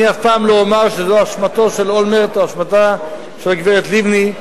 אני אף פעם לא אומר שזו אשמתו של אהוד אולמרט או אשמתה של הגברת לבני,